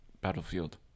battlefield